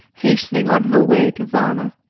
hastening on her way to varna.